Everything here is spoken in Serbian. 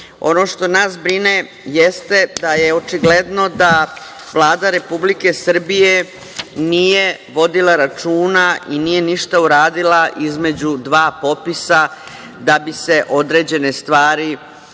što nas brine, jeste da je očigledno da Vlada Republike Srbije nije vodila računa i nije ništa uradila između dva popisa da bi se određene stvari u